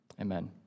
Amen